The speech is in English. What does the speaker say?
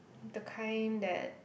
the kind that